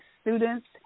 students